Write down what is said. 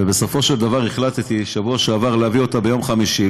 ובסופו של דבר החלטתי בשבוע שעבר להביא אותה ביום חמישי.